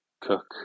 cook